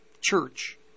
church